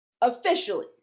Officially